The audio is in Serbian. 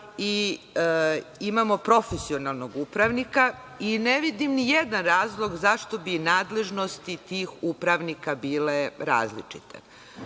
i imamo profesionalnog upravnika, i ne vidim ni jedan razlog zašto bi nadležnosti tih upravnika bile različite.